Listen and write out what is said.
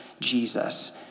Jesus